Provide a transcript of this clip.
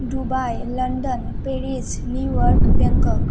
Dubai London Paris New York Bangkok